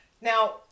Now